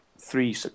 three